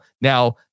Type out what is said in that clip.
Now